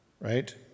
right